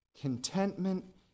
contentment